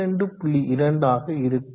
2ஆக இருக்கும்